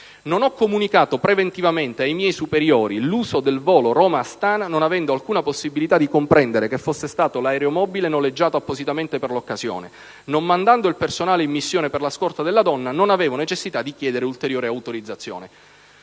Non ho comunicato preventivamente ai miei superiori l'uso del volo Roma Astana, non avendo alcuna possibilità di comprendere che fosse stato l'aeromobile noleggiato appositamente per l'occasione. Non mandando il personale in missione per la scorta della donna, non avevo necessità di chiedere ulteriore autorizzazione"».